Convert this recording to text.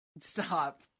Stop